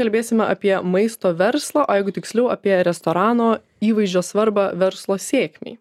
kalbėsime apie maisto verslą o jeigu tiksliau apie restorano įvaizdžio svarbą verslo sėkmei